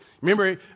Remember